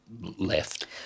left